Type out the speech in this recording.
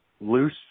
loose